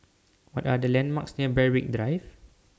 What Are The landmarks near Berwick Drive